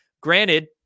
Granted